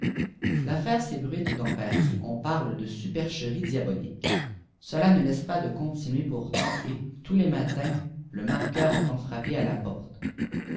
l'affaire s'ébruite dans paris op parie de supercherie diabolitjùè cela ne laisse pas de continuer pourtant et toys les natins le marqueur entend frapper à la porte